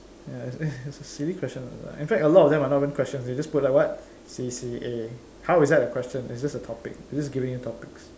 ya it's a silly question lah in fact a lot of them are not even questions they just put like what C_C_A how is that a question it's just a topic just giving you topics